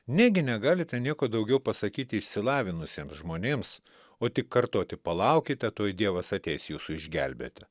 negi negalite nieko daugiau pasakyti išsilavinusiems žmonėms o tik kartoti palaukite tuoj dievas ateis jūsų išgelbėti